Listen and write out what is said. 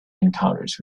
encounters